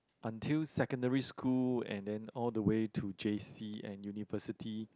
until secondary school and then all the way to J_C and university